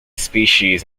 species